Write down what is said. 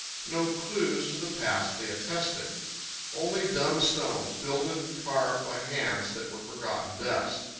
no clues to the past they attested only dumb stones, builded and carved by hands that were forgotten dust.